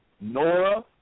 Nora